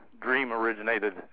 dream-originated